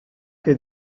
que